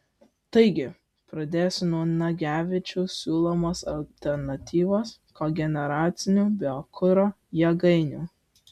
taigi pradėsiu nuo nagevičiaus siūlomos alternatyvos kogeneracinių biokuro jėgainių